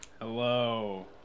Hello